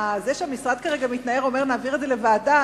זה שהמשרד מתנער כרגע ואומר נעביר את זה לוועדה,